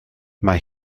mae